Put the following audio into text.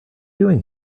doing